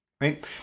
right